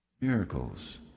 Miracles